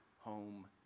home